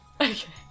Okay